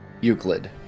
Euclid